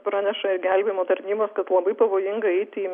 praneša gelbėjimo tarnybos kaip labai pavojinga eiti į